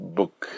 book